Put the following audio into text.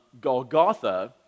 Golgotha